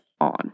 on